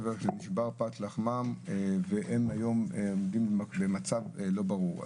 נשבר פת לחמם, והם היום עומדים במצב לא ברור.